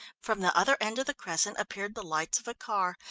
from the other end of the crescent appeared the lights of a car.